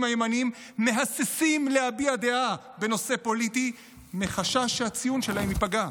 הימנים מהססים להביע דעה בנושא פוליטי מחשש שהציון שלהם ייפגע.